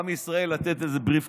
עם ישראל, לתת איזה brief קצר.